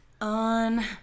On